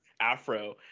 Afro